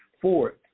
Fourth